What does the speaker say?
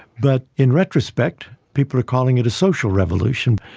but in retrospect people are calling it a social revolution.